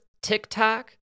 TikTok